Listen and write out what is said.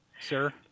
Sir